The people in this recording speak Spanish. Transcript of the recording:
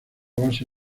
base